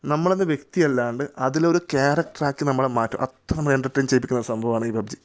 നമ്മളെന്ന വ്യക്തി അല്ലാണ്ട് അതിലൊരു ക്യാരക്ടർ ആക്കി നമ്മളെ മാറ്റും അത്ര നമ്മള എൻെറ്റർടൈൻ ചെയ്യിപ്പിക്കുന്ന സംഭവമാണ് ഈ പബ്ജി